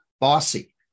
bossy